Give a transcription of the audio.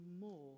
more